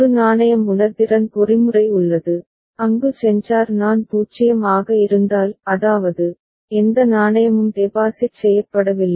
ஒரு நாணயம் உணர்திறன் பொறிமுறை உள்ளது அங்கு சென்சார் நான் 0 ஆக இருந்தால் அதாவது எந்த நாணயமும் டெபாசிட் செய்யப்படவில்லை